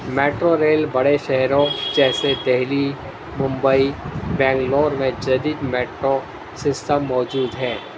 metro rail بڑے شہروں جیسے دہلی ممبئی بنگلور میں جدید میٹرو سسٹم موجود ہے